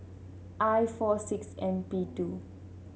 I four six N P two